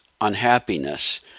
unhappiness